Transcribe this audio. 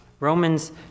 Romans